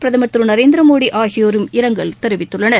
பிரதமர் திரு நரேந்திரமோடி ஆகியோரும் இரங்கல் தெரிவித்துள்ளனர்